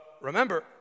remember